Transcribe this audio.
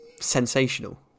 sensational